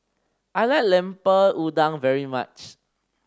I like Lemper Udang very much